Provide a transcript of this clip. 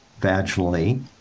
vaginally